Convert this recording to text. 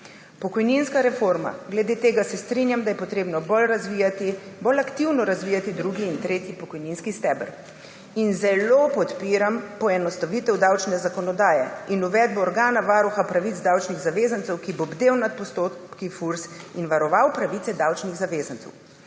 Pokojninska reforma. Glede tega se strinjam, da je potrebno bolj aktivno razvijati drugi in tretji pokojninski steber. In zelo podpiram poenostavitev davčne zakonodaje in uvedbo organa varuha pravic davčnih zavezancev, ki bo bdel nad postopki Fursa in varoval pravice davčnih zavezancev.